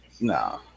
no